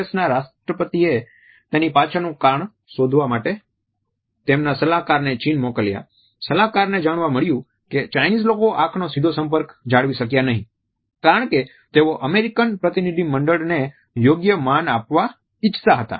S ના રાષ્ટ્રપતિ એ તેની પાછળનું કારણ શોધવા માટે તેમના સલાહકારને ચીન મોકલ્યા સલાહકારને જાણવા મળ્યું કે ચાઇનીઝ લોકો આંખનો સીધો સંપર્ક જાળવી શક્યા નહિ કારણ કે તેઓ અમેરીકન પ્રતિનિધિમંડળને યોગ્ય માન આપવા ઈચ્છતા હતા